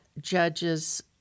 judges